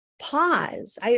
Pause